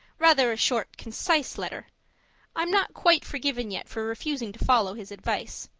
rather a short concise letter i'm not quite forgiven yet for refusing to follow his advice.